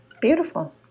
Beautiful